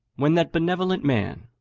when that benevolent man,